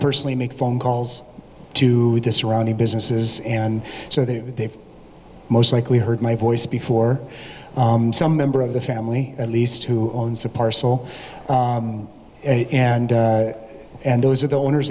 personally make phone calls to the surrounding businesses and so that they most likely heard my voice before some member of the family at least who owns a parcel and and those are the owners